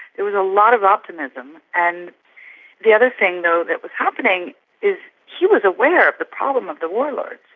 there was a lot of optimism and the other thing though that was happening is he was aware of the problem of the warlords,